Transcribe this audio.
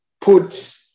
put